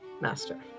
Master